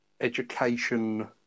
education